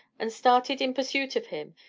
and started in pursuit of him,